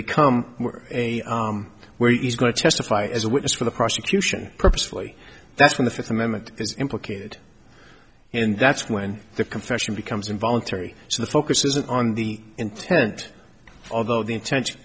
become a where he's going to testify as a witness for the prosecution purposefully that's when the fifth amendment is implicated and that's when the confession becomes involuntary so the focus isn't on the intent although the intention